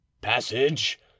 Passage